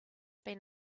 been